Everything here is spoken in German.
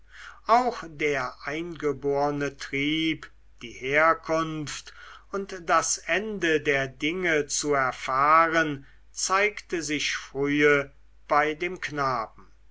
auch der angeborene trieb die herkunft und das ende der dinge zu erfahren zeigte sich frühe bei dem knaben